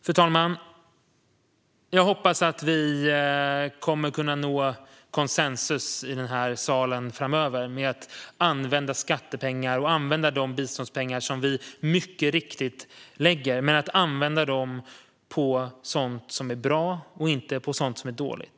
Fru talman! Jag hoppas att vi kommer att kunna nå konsensus i denna sal framöver med att använda skattepengar och biståndspengar som vi rätteligen lägger. Men vi måste använda dem till sådant som är bra och inte sådant som är dåligt.